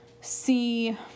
see